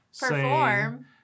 perform